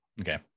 Okay